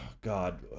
God